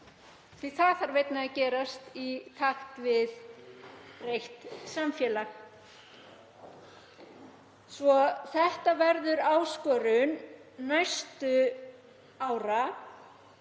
að það þarf einnig að gerast í takt við breytt samfélag. Þetta verður áskorun næstu ára